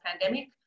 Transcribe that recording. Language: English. pandemic